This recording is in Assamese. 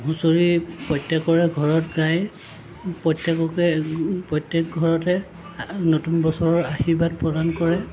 হুঁচৰি প্ৰত্যেকৰে ঘৰত গায় প্ৰত্যেককে প্ৰত্যেক ঘৰতে নতুন বছৰৰ আশীৰ্বাদ প্ৰদান কৰে